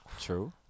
True